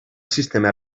sistema